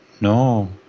No